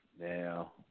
Now